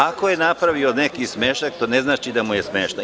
Ako je napravio neki smešak, to ne znači da mu je smešno.